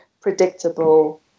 predictable